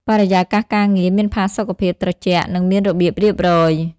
បរិយាកាសការងារមានផាសុកភាព ត្រជាក់ និងមានរបៀបរៀបរយ។